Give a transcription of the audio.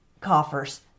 coffers